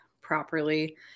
properly